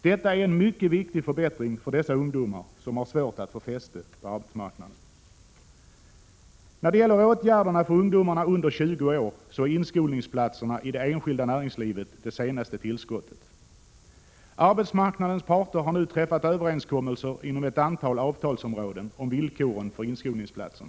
Detta är en mycket viktig förbättring för dessa ungdomar, som har svårt att få fäste på arbetsmarknaden. Den tredje frågan gäller åtgärderna för ungdomarna under 20 år, där inskolningsplatserna i det enskilda näringslivet är det senaste tillskottet. Arbetsmarknadens parter har nu träffat överenskommelser inom ett antal avtalsområden om villkoren för inskolningsplatser.